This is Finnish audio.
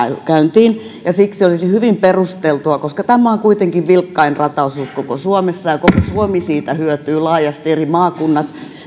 käyntiin ja siksi olisi hyvin perusteltua koska tämä on kuitenkin vilkkain rataosuus koko suomessa ja koko suomi siitä hyötyy laajasti eri maakunnat